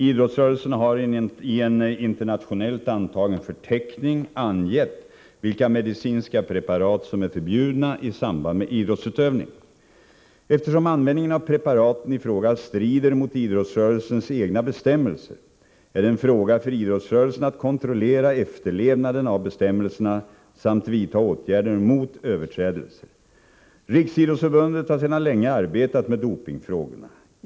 Idrottsrörelsen har i en internationellt antagen förteckning angett vilka medicinska preparat som är förbjudna i samband med idrottsutövning. Eftersom användningen av preparaten i fråga strider mot idrottsrörelsens egna bestämmelser är det en fråga för idrottsrörelsen att kontrollera efterlevnaden av bestämmelserna samt vidta åtgärder mot överträdelser. Riksidrottsförbundet har sedan länge arbetat med dopingfrågorna.